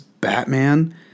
Batman